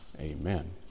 amen